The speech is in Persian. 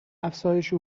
افزایش